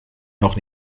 noch